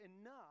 enough